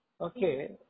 Okay